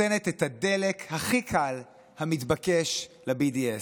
נותנת את הדלק הכי קל המתבקש ל-BDS.